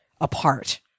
apart